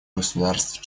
государств